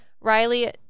riley